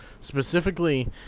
Specifically